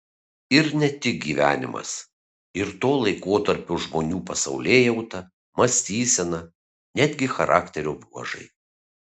ir ne tik gyvenimas ir to laikotarpio žmonių pasaulėjauta mąstysena netgi charakterio bruožai